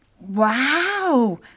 Wow